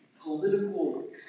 political